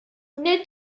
nid